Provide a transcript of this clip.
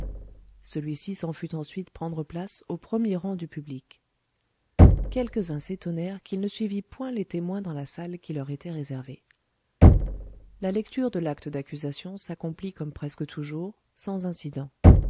s'en fut ensuite prendre place au premier rang de public assis quelques-uns s'étonnèrent qu'il ne suivît point les témoins dans la salle qui leur était réservée la lecture de l'acte d'accusation s'accomplit comme presque toujours sans incident